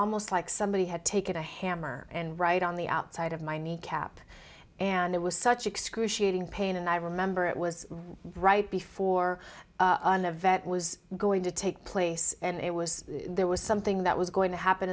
almost like somebody had taken a hammer and right on the outside of my kneecap and it was such excruciating pain and i remember it was right before the vet was going to take place and it was there was something that was going to happen